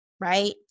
right